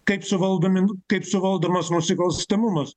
kaip suvaldomi kaip suvaldomas nusikalstamumas